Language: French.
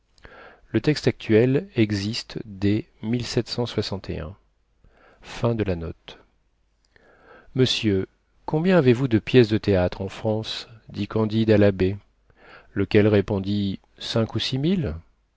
monsieur combien avez-vous de pièces de théâtre en france dit candide à l'abbé lequel répondit cinq ou six mille